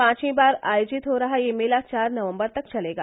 पांचवी बार आयोजित हो रहा यह मेला चार नवम्बर तक चलेगा